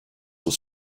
was